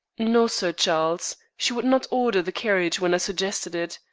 no, sir charles. she would not order the carriage when i suggested it.